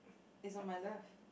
is on my left